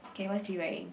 K what's he wearing